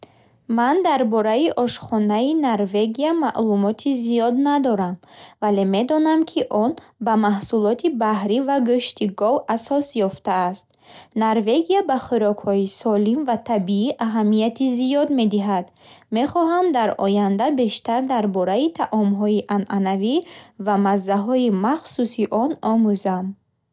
Ман дар бораи ошхонаи Норвегия маълумоти зиёд надорам, вале медонам, ки он ба маҳсулоти баҳрӣ ва гӯшти гов асос ёфтааст. Норвегия ба хӯрокҳои солим ва табиӣ аҳамияти зиёд медиҳад. Мехоҳам дар оянда бештар дар бораи таъомҳои анъанавӣ ва маззаҳои махсуси он омӯзам.